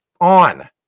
on